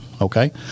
Okay